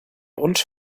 und